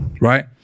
right